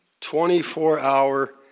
24-hour